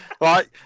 Right